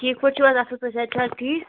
ٹھیٖک پٲٹھۍ چھِو حظ اَصٕل پٲٹھۍ صحت چھَا حظ ٹھیٖک